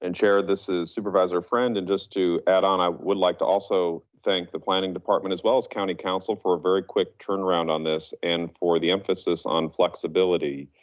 and chair this is supervisor friend. and just to add on, i would like to also thank the planning department as well as county counsel for a very quick turnaround on this, and for the emphasis on flexibility.